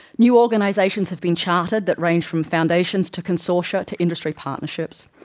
new organisations have been chartered that range from foundations, to consortia to industry partnerships.